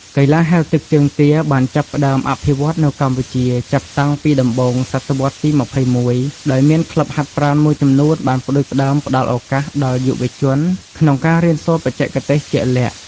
កីឡាហែលទឹកជើងទាបានចាប់ផ្ដើមអភិវឌ្ឍនៅកម្ពុជាចាប់តាំងពីដំបូងសតវត្សរ៍ទី ២១ ដោយមានក្លឹបហាត់ប្រាណមួយចំនួនបានផ្ដួចផ្ដើមផ្តល់ឱកាសដល់យុវជនក្នុងការរៀនសូត្របច្ចេកទេសជាក់លាក់។